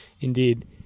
Indeed